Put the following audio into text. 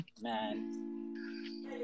man